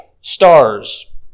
stars